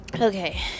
Okay